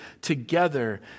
together